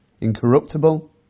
incorruptible